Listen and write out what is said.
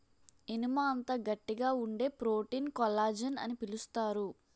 ఇనుము అంత గట్టిగా వుండే ప్రోటీన్ కొల్లజాన్ అని పిలుస్తారు